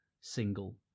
single